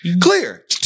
clear